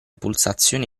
pulsazioni